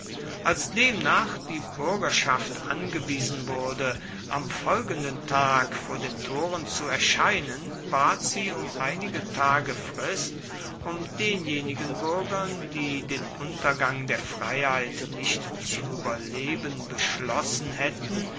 als demnach die bürgerschaft angewiesen wurde am folgenden tag vor den toren zu erscheinen bat sie um einige tage frist um denjenigen bürgern die den untergang der freiheit nicht zu überleben beschlossen hätten